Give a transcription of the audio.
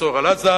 המצור על עזה,